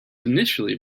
initially